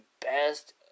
best